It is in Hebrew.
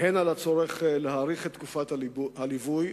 על הצורך להאריך את תקופת הליווי,